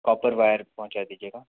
copper wire पहुँचा दीजिएगा